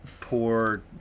poor